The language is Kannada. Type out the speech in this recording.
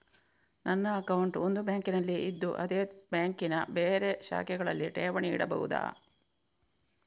ನನ್ನ ಅಕೌಂಟ್ ಒಂದು ಬ್ಯಾಂಕಿನಲ್ಲಿ ಇದ್ದು ಅದೇ ಬ್ಯಾಂಕಿನ ಬೇರೆ ಶಾಖೆಗಳಲ್ಲಿ ಠೇವಣಿ ಇಡಬಹುದಾ?